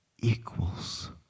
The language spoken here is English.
equals